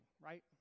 right